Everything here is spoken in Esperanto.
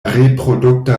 reprodukta